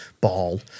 ball